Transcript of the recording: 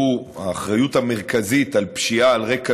והאחריות המרכזית לפשיעה על רקע